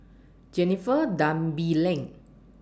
Jennifer Tan Bee Leng